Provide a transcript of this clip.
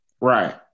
right